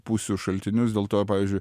pusių šaltinius dėl to pavyzdžiui